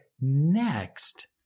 next